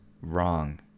wrong